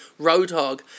Roadhog